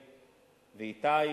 ואיתי,